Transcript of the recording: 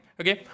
okay